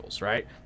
right